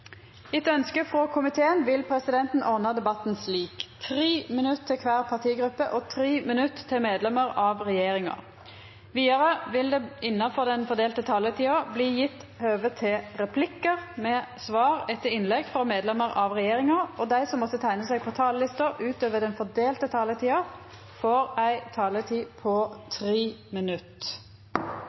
Etter ønskje frå energi- og miljøkomiteen vil presidenten ordna debatten slik: 3 minutt til kvar partigruppe og 3 minutt til medlemer av regjeringa. Vidare vil det – innanfor den fordelte taletida – bli gjeve høve til replikkar med svar etter innlegg frå medlemer av regjeringa, og dei som måtte teikna seg på talarlista utover den fordelte taletida, får også ei taletid på inntil 3 minutt.